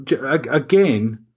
Again